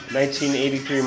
1983